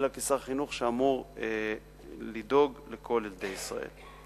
אלא כשר חינוך שאמור לדאוג לכל ילדי ישראל.